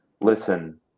listen